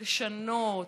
לשנות,